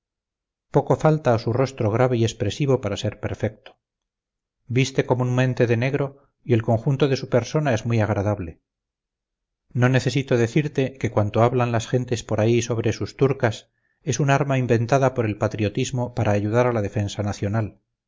poco falta a su rostro grave y expresivo para ser perfecto viste comúnmente de negro y el conjunto de su persona es muy agradable no necesito decirte que cuanto hablan las gentes por ahí sobre sus turcas es un arma inventada por el patriotismo para ayudar a la defensa nacional